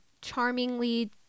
charmingly